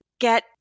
get